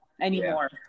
anymore